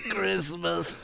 Christmas